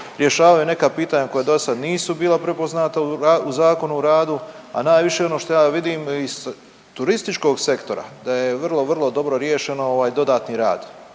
rješavaju neka pitanja koja dosada nisu bila prepoznata u Zakonu o radu, a najviše ono što ja vidim iz turističkog sektora da je vrlo, vrlo dobro riješeno ovaj dodatni rad.